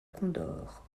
condor